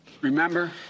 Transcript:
remember